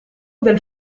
del